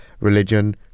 religion